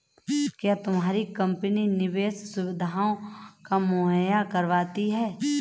क्या तुम्हारी कंपनी निवेश सुविधायें मुहैया करवाती है?